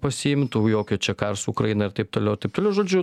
pasiimtų jokio čia karo su ukraina ir taip toliau taip toliau žodžiu